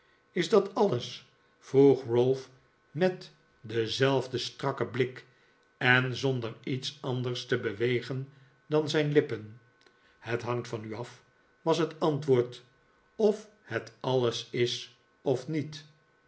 is dat alles vroeg ralph met denzelfden strakken blik en zonder iets anders te bewegen dan zijn lippen het hangt van u af was het antwoord of het alles is of niet